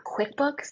QuickBooks